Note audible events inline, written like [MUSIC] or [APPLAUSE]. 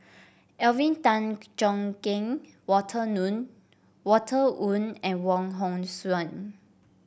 Alvin Tan Cheong Kheng Walter [UNINTELLIGIBLE] Walter Woon and Wong Hong Suen